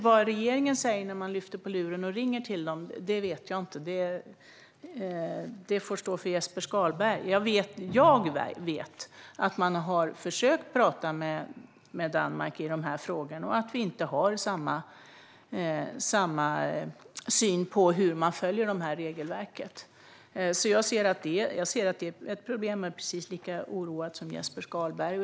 Vad regeringen säger när man lyfter på luren och ringer till dem vet jag inte. Detta får stå för Jesper Skalberg. Jag vet att man har försökt prata med Danmark om dessa frågor och att vi inte har samma syn på hur detta regelverk följs. Jag ser att det är ett problem och är precis lika oroad som Jesper Skalberg.